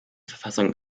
verfassung